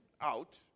out